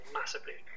massively